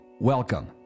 Welcome